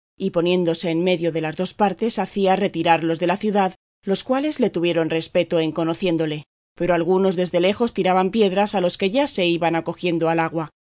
y poniéndose en medio de las dos partes hacía retirar los de la ciudad los cuales le tuvieron respecto en conociéndole pero algunos desde lejos tiraban piedras a los que ya se iban acogiendo al agua